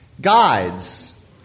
guides